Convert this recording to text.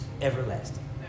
everlasting